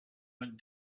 went